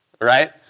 right